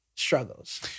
Struggles